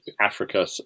Africa